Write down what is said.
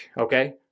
okay